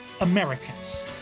Americans